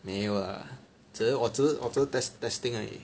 没有 lah 只是我只是 test testing 而已